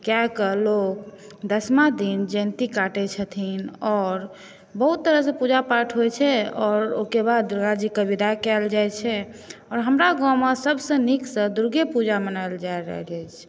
कए कऽ लोक दशमा दिन जयन्ती काटै छथिन और बहुत तरहसँ पूजा पाठ होइ छै और ओहिकेँ बाद दुर्गाजीकेँ विदा कयल जाइ छै आओर हमरा गाँवमे सबसँ नीकसँ दुर्गेपूजा मनाओल जा रहल अछि